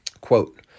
quote